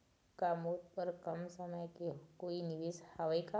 का मोर बर कम समय के कोई निवेश हावे का?